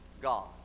God